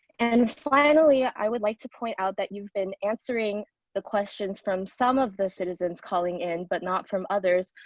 and finally, i would like to point out that you've been answering the questions from some of the citizens calling in but not from others,